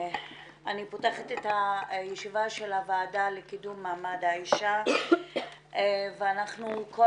פותחת את הישיבה של הוועדה לקידום מעמד האישה ואנחנו כל